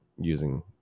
using